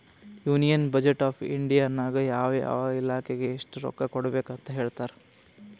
union budget of India ನಾಗ್ ಯಾವ ಯಾವ ಇಲಾಖೆಗ್ ಎಸ್ಟ್ ರೊಕ್ಕಾ ಕೊಡ್ಬೇಕ್ ಅಂತ್ ಹೇಳ್ತಾರ್